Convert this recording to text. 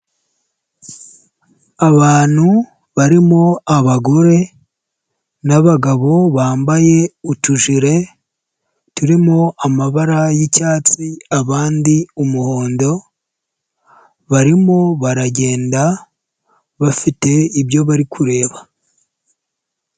Abantu barimo abagore n'abagabo bambaye utujire turimo amabara y'icyatsi abandi umuhondo, barimo baragenda bafite ibyo bari kureba.